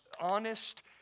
honest